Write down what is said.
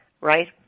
right